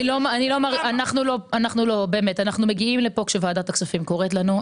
אנחנו מגיעים לכאן כשוועדת הכספים קוראת לנו.